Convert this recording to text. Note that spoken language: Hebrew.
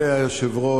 לצערי הרב,